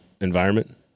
environment